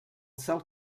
cel